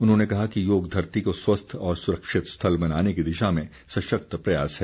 उन्होंने कहा कि योग धरती को स्वस्थ और सुरक्षित स्थल बनाने की दिशा में सशक्त प्रयास है